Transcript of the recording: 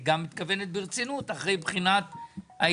היא גם מתכוונת ברצינות אחרי בחינת העניין,